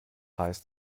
heißt